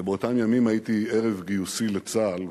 באותם ימים הייתי ערב גיוסי לצה"ל,